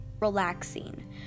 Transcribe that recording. relaxing